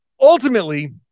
ultimately